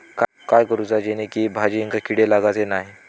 काय करूचा जेणेकी भाजायेंका किडे लागाचे नाय?